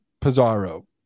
Pizarro